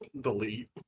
delete